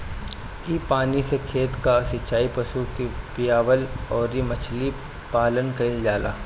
इ पानी से खेत कअ सिचाई, पशु के पियवला अउरी मछरी पालन कईल जाला